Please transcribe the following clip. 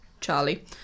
Charlie